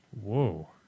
Whoa